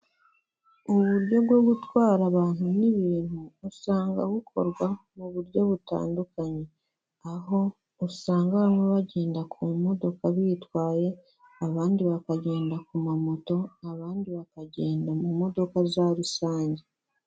Ubu buryo bwo gutwara abantu n'ibintu usanga bukorwa mu buryo butandukanye aho usanga bamwe bagenda ku modoka bitwaye, abandi bakagenda ku ma moto, abandi bakagenda mu modoka za rusange.